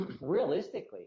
realistically